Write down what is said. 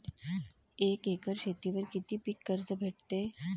एक एकर शेतीवर किती पीक कर्ज भेटते?